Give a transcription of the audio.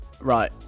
Right